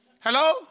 Hello